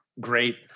great